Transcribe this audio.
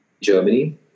Germany